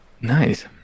Nice